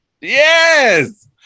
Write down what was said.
Yes